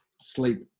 sleep